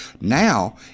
Now